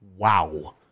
Wow